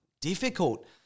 difficult